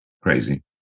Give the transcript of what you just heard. Crazy